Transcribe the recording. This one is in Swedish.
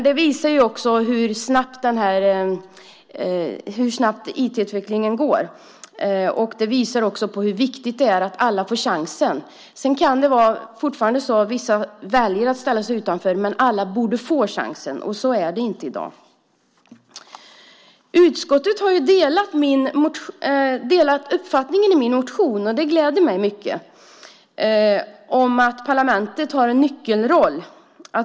Det visar hur snabbt IT-utvecklingen går. Det visar också hur viktigt det är att alla får chansen. Vissa väljer kanske fortfarande att stå utanför, men alla borde få chansen. Så är det inte i dag. Det gläder mig mycket att utskottet delar uppfattningen i min motion om att parlamentet har en nyckelroll.